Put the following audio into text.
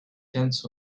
tenths